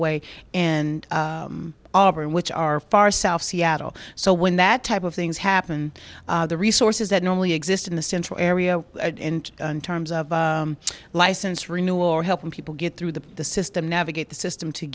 way and all of which are far south seattle so when that type of things happen the resources that normally exist in the central area on terms of license renewal or helping people get through the the system navigate the system to